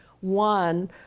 One